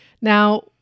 Now